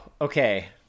Okay